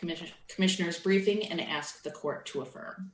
commission commissioner's briefing and ask the court to aff